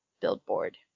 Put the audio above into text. billboard